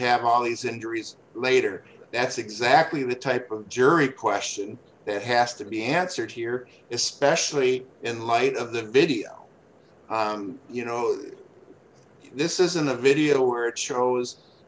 have all these injuries later that's exactly the type of jury question that has to be answered here especially in light of the video you know this isn't a video were cho